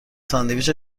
ساندویچ